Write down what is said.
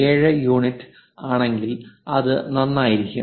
77 unit ആണെങ്കിൽ അത് നന്നായിരിക്കും